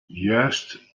juist